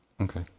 okay